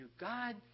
God